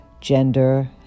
gender